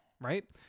right